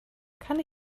kann